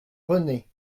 rené